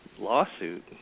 lawsuit